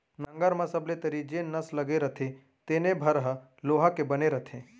नंगर म सबले तरी जेन नस लगे रथे तेने भर ह लोहा के बने रथे